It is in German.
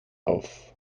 auf